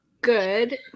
good